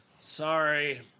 sorry